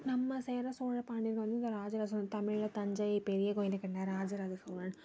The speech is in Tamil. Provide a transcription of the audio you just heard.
நம்ம சேர சோழ பாண்டியர்கள் வந்து இந்த ராஜ ராஜன் தமிழ்ல தஞ்சை பெரிய கோயில் கட்டுன ராஜ ராஜ சோழன்